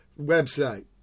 website